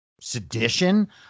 sedition